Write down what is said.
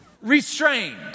restrained